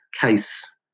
case